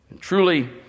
Truly